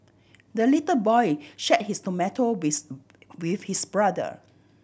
the little boy share his tomato with with his brother